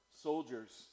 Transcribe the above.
soldiers